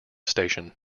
station